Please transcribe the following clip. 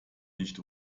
nicht